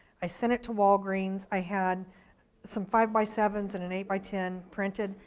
i sent it to walgreens, i had some five by sevens and an eight by ten printed,